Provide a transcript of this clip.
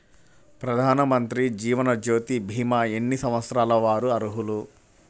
ప్రధానమంత్రి జీవనజ్యోతి భీమా ఎన్ని సంవత్సరాల వారు అర్హులు?